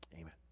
Amen